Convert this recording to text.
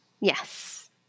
Yes